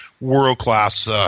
world-class